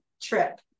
trip